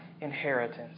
inheritance